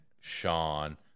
Sean